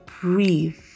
breathe